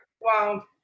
Wow